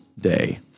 Day